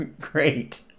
Great